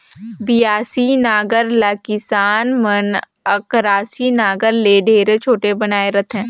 बियासी नांगर ल किसान मन अकरासी नागर ले ढेरे छोटे बनाए रहथे